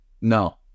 no